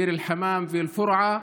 ביר אל-חמאם ואל-פורעה,